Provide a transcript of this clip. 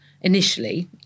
initially